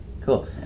Cool